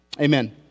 Amen